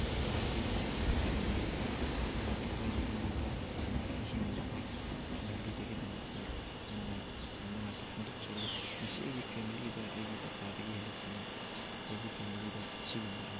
ꯑꯩꯈꯣꯏꯒꯤ ꯂꯩꯃꯤꯟꯅꯔꯤꯕ ꯂꯩꯃꯤꯟꯅꯕ ꯁꯃꯥꯖꯇ ꯍꯤꯡꯃꯤꯟꯅꯕ ꯐꯪꯍꯟꯕꯤꯕꯒꯤꯗꯃꯛꯇ ꯅꯨꯡꯉꯥꯏꯕ ꯐꯣꯡꯗꯣꯛꯆꯔꯤ ꯉꯁꯤ ꯑꯩꯒꯤ ꯐꯦꯃꯤꯂꯤꯗ ꯑꯩꯒꯤ ꯄꯄꯥꯗꯒꯤ ꯍꯦꯟꯗꯣꯛꯇꯅ ꯑꯩꯒꯤ ꯐꯦꯃꯤꯂꯤꯗ ꯑꯁꯤꯒꯨꯝꯕ ꯑꯅꯥ ꯑꯌꯦꯛ